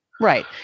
Right